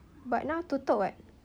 oh but now tutup [what]